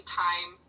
time